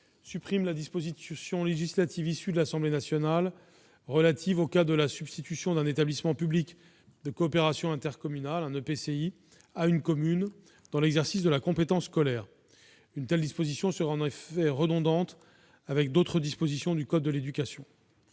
supprimer la disposition législative issue des travaux de l'Assemblée nationale relative au cas de la substitution d'un établissement public de coopération intercommunale à une commune dans l'exercice de la compétence scolaire. Une telle disposition serait en effet redondante avec d'autres dispositions du code de l'éducation.